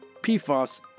PFOS